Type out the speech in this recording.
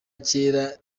kera